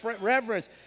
reverence